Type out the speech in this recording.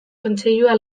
kontseilua